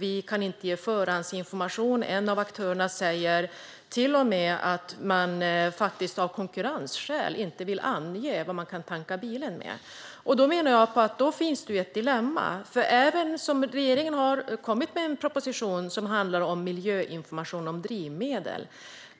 man kan inte ge förhandsinformation. En av aktörerna säger till och med att man av konkurrensskäl inte vill ange vad bilen kan tankas med. Då finns det ett dilemma. Regeringen har kommit med en proposition som handlar om miljöinformation om drivmedel.